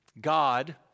God